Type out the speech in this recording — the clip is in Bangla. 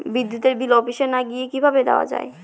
বিদ্যুতের বিল অফিসে না গিয়েও কিভাবে দেওয়া য়ায়?